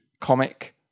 comic